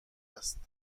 است